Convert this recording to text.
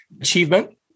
achievement